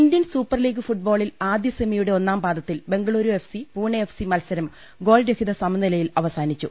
Indian Super League ഫുട്ബോളിൽ ആദ്യ സെമിയുടെ ഒന്നാം പാദത്തിൽ ബംഗളൂരു എഫ്സി പൂണെ എഫ്സി മത്സരം ഗോൾ രഹിത സമനിലയിൽ അവസാനിച്ചു